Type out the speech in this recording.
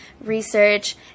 research